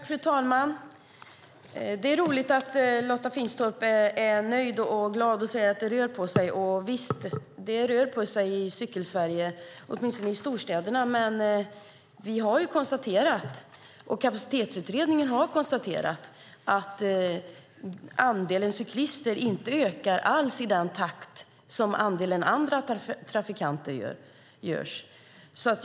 Fru talman! Det är roligt att Lotta Finstorp är nöjd och glad och säger att det rör på sig. Visst rör det på sig i Cykelsverige, åtminstone i storstäderna. Men vi har ju konstaterat och Kapacitetsutredningen har konstaterat att andelen cyklister inte alls ökar i den takt som andelen andra trafikanter gör.